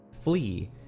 flee